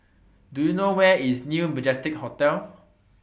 Do YOU know Where IS New Majestic Hotel